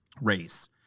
race